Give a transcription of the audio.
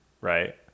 right